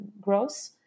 growth